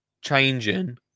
changing